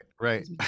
right